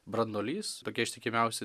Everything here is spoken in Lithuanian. branduolys tokie ištikimiausi